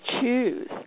choose